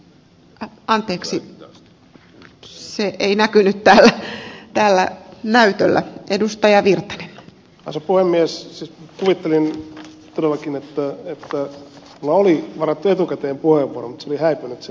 siis kuvittelin todellakin että minulla oli varattu etukäteen puheenvuoro mutta se oli häipynyt sieltä jonnekin tai sitten en ollut sitä varannut